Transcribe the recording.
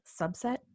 subset